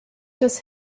des